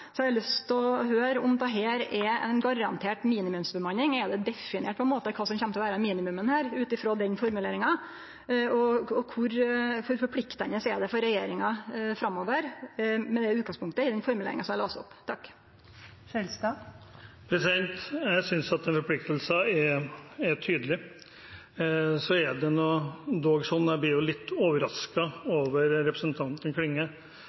har eg lyst til å høyre om dette er ei garantert minimumsbemanning. Er det definert kva som kjem til å vere minimum her, ut frå den formuleringa, og kor forpliktande er det for regjeringa framover med det utgangspunktet, i den formuleringa som eg las opp? Jeg synes forpliktelsene er tydelige. Så er det dog sånn at jeg blir litt overrasket over representanten Klinge,